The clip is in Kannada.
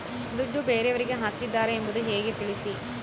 ದುಡ್ಡು ಬೇರೆಯವರಿಗೆ ಹಾಕಿದ್ದಾರೆ ಎಂಬುದು ಹೇಗೆ ತಿಳಿಸಿ?